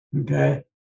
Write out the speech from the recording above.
Okay